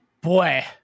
Boy